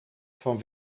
van